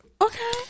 Okay